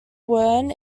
wren